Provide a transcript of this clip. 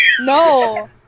No